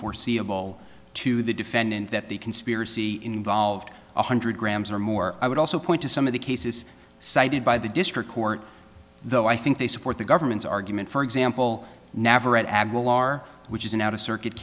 foreseeable to the defendant that the conspiracy involved one hundred grams or more i would also point to some of the cases cited by the district court though i think they support the government's argument for example navarette aguilar which is an out of circuit